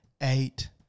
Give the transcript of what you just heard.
eight